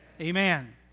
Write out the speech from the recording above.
Amen